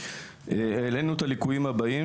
העלינו את הליקויים הבאים,